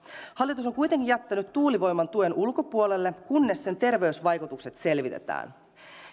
hallitus on kuitenkin jättänyt tuulivoiman tuen ulkopuolelle kunnes sen terveysvaikutukset selvitetään